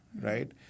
right